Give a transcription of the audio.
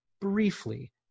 briefly